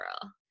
girl